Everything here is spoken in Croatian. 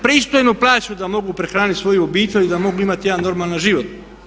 Pristojnu plaću da mogu prehraniti svoju obitelj i da mogu imati jedan normalan život.